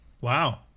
Wow